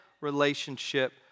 relationship